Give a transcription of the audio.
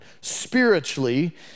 spiritually